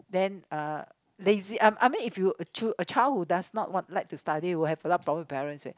then uh lazy I I mean if you a child who does not like to study who has a lot of problems with parents right